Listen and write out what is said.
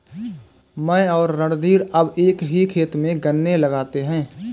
मैं और रणधीर अब एक ही खेत में गन्ने लगाते हैं